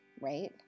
right